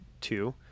two